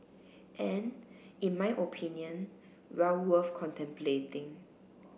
and in my opinion well worth contemplating